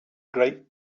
great